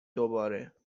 دوباره